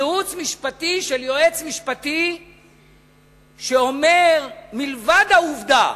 ייעוץ משפטי של יועץ משפטי שאומר, מלבד העובדה